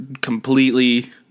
completely